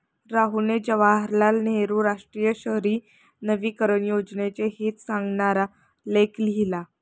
राहुलने जवाहरलाल नेहरू राष्ट्रीय शहरी नवीकरण योजनेचे हित सांगणारा लेख लिहिला